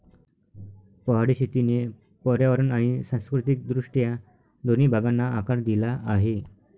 पहाडी शेतीने पर्यावरण आणि सांस्कृतिक दृष्ट्या दोन्ही भागांना आकार दिला आहे